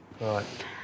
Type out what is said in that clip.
Right